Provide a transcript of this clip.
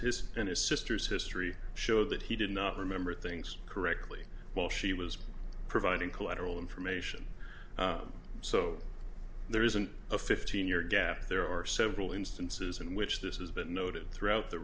and his sister's history showed that he did not remember things correctly well she was providing collateral information so there isn't a fifteen year gap there are several instances in which this has been noted throughout the